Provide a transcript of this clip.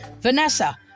Vanessa